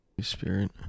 spirit